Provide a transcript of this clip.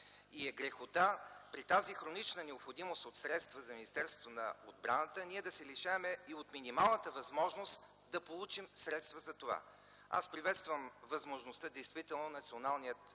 и е грехота при тази хронична необходимост от средства за Министерството на отбраната ние да се лишаваме и от минималната възможност да получим средства за това. Аз приветствам възможността действително Националния